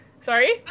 Sorry